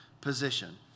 position